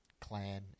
clan